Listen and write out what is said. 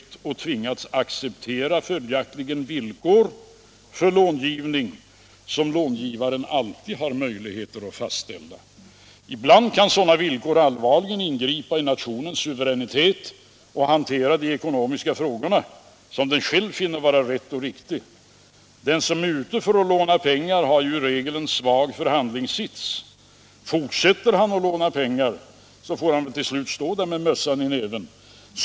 De har följaktligen tvingats acceptera villkor för långivning som långivaren alltid har möjligheter att fastställa. Ibland kan sådana villkor allvarligt ingripa i nationens suveränitet att hantera de ekonomiska frågorna som den själv finner vara rätt och riktigt. Den som är ute för att låna pengar har i regel en svag förhandlingssits. Fortsätter han att låna pengar får han till slut stå där med mössan i näven.